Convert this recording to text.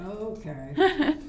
Okay